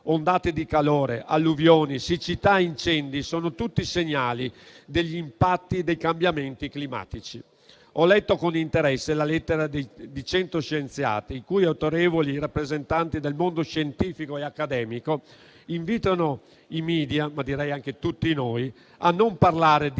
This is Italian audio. Grazie a tutti